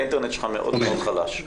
האינטרנט שלך מאוד מאוד חלש.